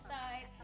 side